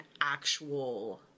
actual